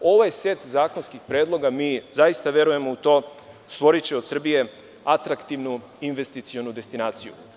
Ovaj set zakonskih predloga, mi zaista verujemo u to, stvoriće od Srbije atraktivnu investicionu destinaciju.